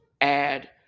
add